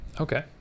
Okay